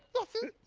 yeah, see.